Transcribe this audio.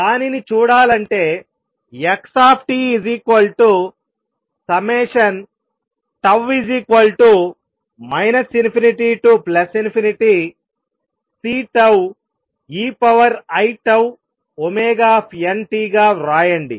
దానిని చూడాలంటే x τ ∞Ceiτωt గా వ్రాయండి